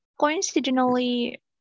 Coincidentally